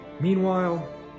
Meanwhile